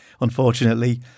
Unfortunately